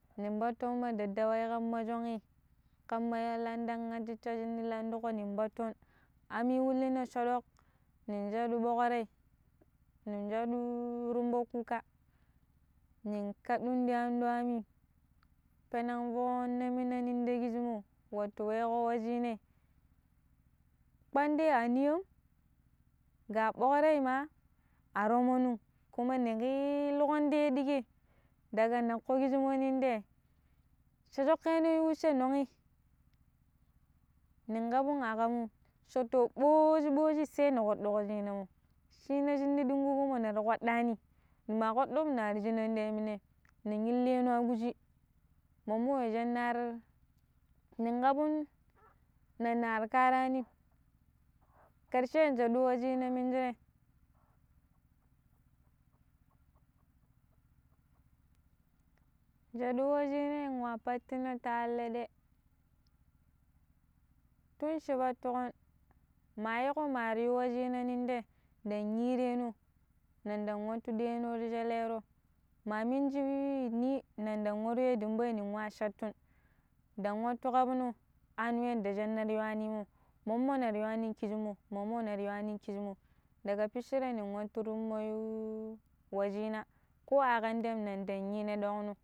nin patton ma daddawai kamma shuing kamma yala ɗang anjittai shinne lanɗuko nin patton ammi wullina sho ɗok nin shaɗu ɓokrai nin sha ɗu rumbo kuka nin kaɗun ti anɗo ammi penen foonna minai nin tei kishimo wattu wei ko wucinai kpanɗe a niyam ga ɓokrai ma a tomonum kuma ni ƙillikon taya ɗike daga naƙƙo kishimo nin tei sha shoƙƙeno yu wucehe nonyi nin kabun a kam mun sha to ɓaji-ɓaji sai na kpaɗɗuƙo cin mo cina cin na ɗinkuko mo nar kpaɗɗani ni ma kpaɗɗom ni shinan tamminem nin illeno ƙuji nan ɓoko jan nar rai nin kabur na nari karanim, karshe shaɗu wucinam minjire ja ɗuwa jilli wa pattina ti alleɗe, tun shi pattuƙon ma yiƙo ma 'yu wucina nin te ɗang yire no ne nɗang wattu ɗeno ti shelero ma minji ni nin ɗang waro ya ɗimbai nin wa shattiun ɗand wattu kaɓni ano yaɗɗa shin ne te yu wani mo, mommo nira yuwani kiji mo mommo nira yuwani kijimo daga pitcire nin wattu tummo yu wa cina ko akam tem nin ɗan yi ni ɗokno.